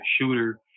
shooter